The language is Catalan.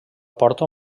porta